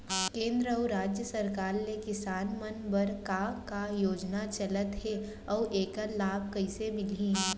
केंद्र अऊ राज्य सरकार ले किसान मन बर का का योजना चलत हे अऊ एखर लाभ कइसे मिलही?